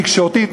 תקשורתית,